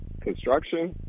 construction